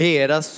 era